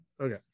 Okay